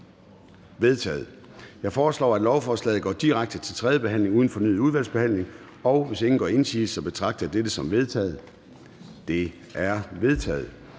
vedtaget. Jeg foreslår, at lovforslaget går direkte til tredje behandling uden fornyet udvalgsbehandling. Hvis ingen gør indsigelse, betragter jeg dette som vedtaget. Det er vedtaget.